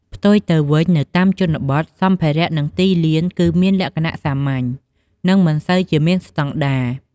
ផ្ទុយទៅវិញនៅតាមជនបទ សម្ភារៈ និងទីលានគឺមានលក្ខណៈ សាមញ្ញ និងមិនសូវជាមានស្តង់ដារ។